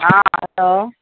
हँ बताउ